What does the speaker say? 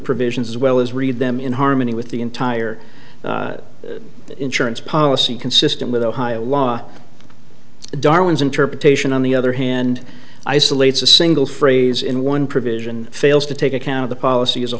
provisions as well as read them in harmony with the entire insurance policy consistent with ohio law darwin's interpretation on the other hand isolates a single phrase in one provision fails to take account of the policy as a